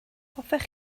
hoffech